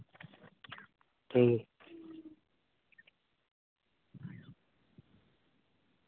ᱴᱷᱤᱠᱜᱮᱭᱟ